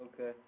Okay